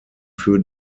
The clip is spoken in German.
für